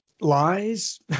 lies